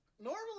Normally